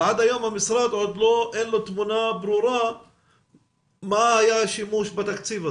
אבל עד היום למשרד עוד אין תמונה ברורה מה היה השימוש בתקציב הזה.